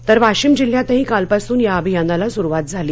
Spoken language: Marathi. तर वाशिम जिल्ह्यातही कालपासून या अभियानाला सुरूवात झाली